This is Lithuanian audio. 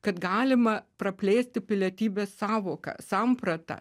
kad galima praplėsti pilietybės sąvoką sampratą